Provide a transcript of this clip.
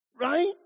Right